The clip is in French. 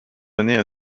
années